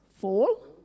Fall